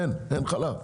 אין חלב.